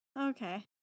Okay